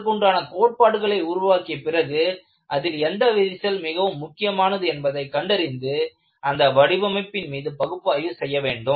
அதற்குண்டான கோட்பாடுகளை உருவாக்கிய பிறகு அதில் எந்த விரிசல் மிகவும் முக்கியமானது என்பதை கண்டறிந்து அந்த வடிவமைப்பின் மீது பகுப்பாய்வு செய்ய வேண்டும்